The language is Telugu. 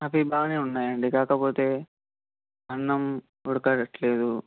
అవి బాగానే ఉన్నాయండి కాకపోతే అన్నం ఉడకట్లేదు